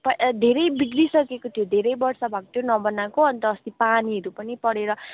धेरै बिग्रिसकेको थियो धेरै वर्ष भएको थियो नबनाएको अन्त अस्ति पानीहरू पनि परेर